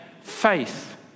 faith